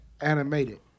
animated